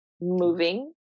Moving